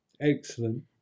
Excellent